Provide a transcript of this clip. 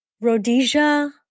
Rhodesia